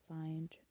find